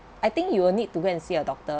I think you will need to go and see a doctor